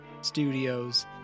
Studios